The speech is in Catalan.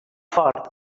fort